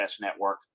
Network